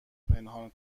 پنهان